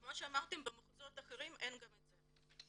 כמו שאמרתי, במחוזות אחרים אין גם את זה.